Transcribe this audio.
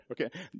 okay